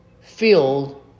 filled